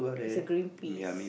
is a green peas